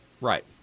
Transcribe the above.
Right